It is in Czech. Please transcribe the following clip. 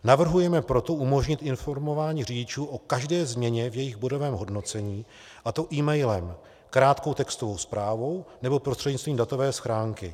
Navrhujeme proto umožnit informování řidičů o každé změně v jejich bodovém hodnocení, a to emailem, krátkou textovou zprávou nebo prostřednictvím datové schránky.